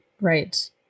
right